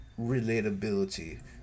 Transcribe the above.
relatability